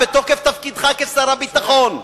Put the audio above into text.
בתוקף תפקידך כשר הביטחון.